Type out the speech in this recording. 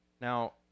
Now